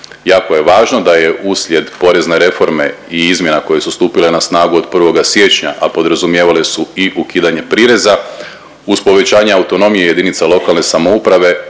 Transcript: Jako je važno da je uslijed porezne reforme i izmjena koje su stupile na snagu od 1. siječnja, a podrazumijevale su i ukidanje prireza uz povećanje autonomije jedinica lokalne samouprave